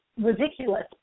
ridiculous